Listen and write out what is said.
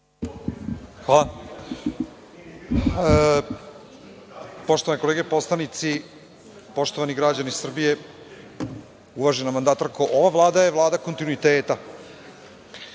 Hvala. Poštovane kolege poslanici, poštovani građani Srbije, uvažena mandatarko, ova Vlada je Vlada kontinuiteta.